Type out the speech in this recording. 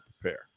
prepare